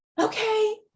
Okay